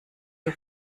ihr